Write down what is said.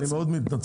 אני מאוד מתנצל,